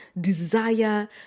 Desire